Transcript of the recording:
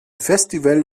festival